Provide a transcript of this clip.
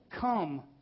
Come